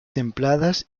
templadas